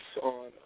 on